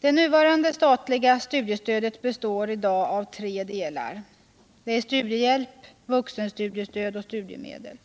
Det nuvarande statliga studiestödet består av tre delar, nämligen studiehjälp, vuxenstudiestöd samt studiemedel.